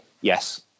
Yes